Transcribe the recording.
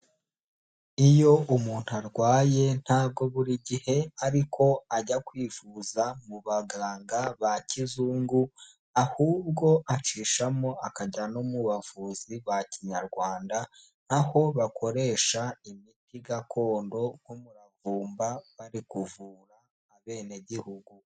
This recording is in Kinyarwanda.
Iyo umuntu arwaye ntabwo buri gihe ariko ajya kwivuza mu baganga ba kizungu, ahubwo acishamo akajya no mu bavuzi ba kinyarwanda, aho bakoresha imiti gakondo nk'umuravumba bari kuvura abenegihugu.